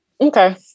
Okay